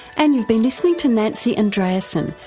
and you've been listening to nancy andreasen,